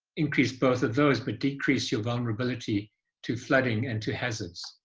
increase both of those but decrease your vulnerability to flooding and to hazards.